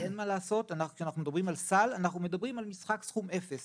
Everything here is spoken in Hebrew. כי אין מה לעשות וכשאנחנו מדברים על סל אנחנו מדברים על משחק סכום אפס